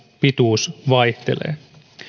pituus vaihtelee